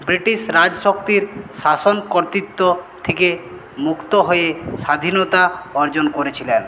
British রাজশক্তির শাসন কর্তৃত্ব থেকে মুক্ত হয়ে স্বাধীনতা অর্জন করেছিলেন